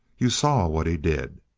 you saw what he did?